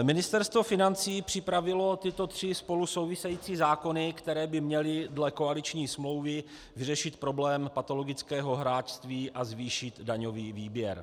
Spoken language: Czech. Ministerstvo financí připravilo tyto tři spolu související zákony, které by měly dle koaliční smlouvy vyřešit problém patologického hráčství a zvýšit daňový výběr.